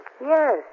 Yes